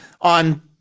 on